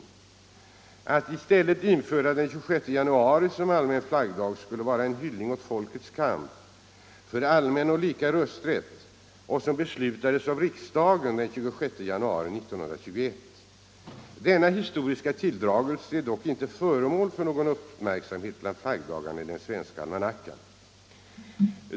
Att i stället införa den 26 januari som allmän = allmänna flaggdaflaggdag skulle vara en hyllning åt folkets kamp för allmän och lika — gar rösträtt som resulterade i beslut härom av riksdagen den 26 januari 1921. Denna historiska tilldragelse har dock inte uppmärksammats i den svenska almanackan.